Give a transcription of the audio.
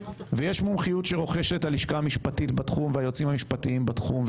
יש מומחיות שרוכשת הלשכה המשפטית בתחום והיועצים המשפטיים בתחום,